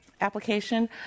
Application